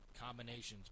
combinations